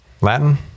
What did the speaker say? Latin